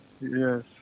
Yes